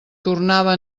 tornava